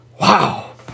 Wow